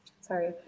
sorry